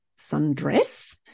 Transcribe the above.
sundress